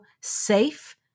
safe